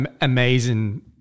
amazing